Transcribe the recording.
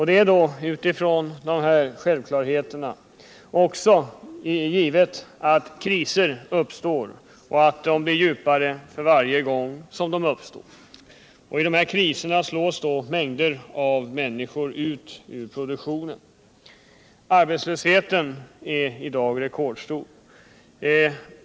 Det är då givet att kriser uppstår och att de blir djupare för varje gång. I dessa kriser slås mängder av människor ut ur produktionen. Arbetslösheten är i dag rekordstor.